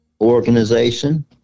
organization